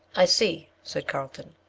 i see, said carlton,